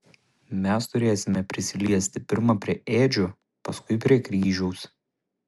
mes turėsime prisiliesti pirma prie ėdžių paskui prie kryžiaus